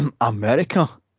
America